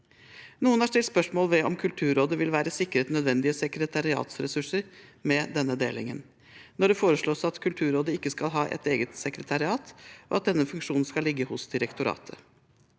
Noen har stilt spørsmål ved om Kulturrådet vil være sikret nødvendige sekretariatsressurser med denne delingen når det foreslås at Kulturrådet ikke skal ha et eget sekretariat, og at denne funksjonen skal ligge hos direktoratet.